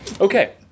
Okay